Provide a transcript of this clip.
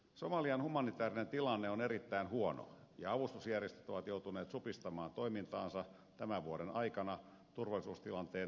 somalian humanitäärinen tilanne on erittäin huono ja avustusjärjestöt ovat joutuneet supistamaan toimintaansa tämän vuoden aikana turvallisuustilanteen heikentymisen takia